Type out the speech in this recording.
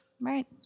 Right